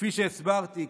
כפי שהסברתי,